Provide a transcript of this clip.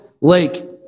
lake